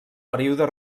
període